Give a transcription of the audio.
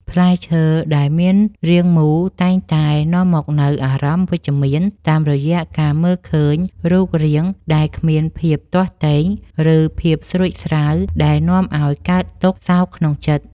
ផ្លែឈើដែលមានរាងមូលតែងតែនាំមកនូវអារម្មណ៍វិជ្ជមានតាមរយៈការមើលឃើញរូបរាងដែលគ្មានភាពទាស់ទែង ឬ ភាពស្រួចស្រាវដែលនាំឱ្យកើតទុក្ខសោកក្នុងចិត្ត។